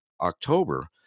October